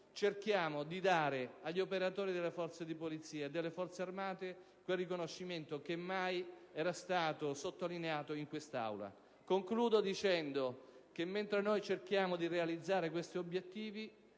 Cerchiamo di dare agli operatori delle forze di polizia e delle forze armate quel riconoscimento che mai era stato sottolineato in quest'Aula. Infine ricordo che, mentre noi cerchiamo di realizzare tali obiettivi,